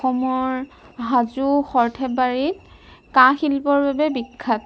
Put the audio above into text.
অসমৰ হাজো সৰ্থেবাৰীত কাঁহ শিল্পৰ বাবে বিখ্যাত